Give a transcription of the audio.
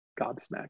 gobsmacked